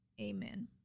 Amen